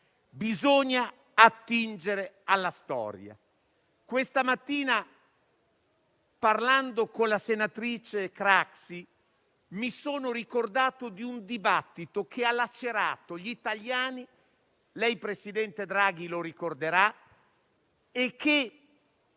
Bisogna attingere alla storia. Questa mattina, parlando con la senatrice Craxi, mi sono ricordato di un dibattito che ha lacerato gli italiani - lei, presidente Draghi, lo ricorderà - e che